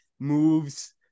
moves